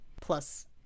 plus